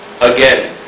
Again